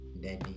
daddy